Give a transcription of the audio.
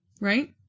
Right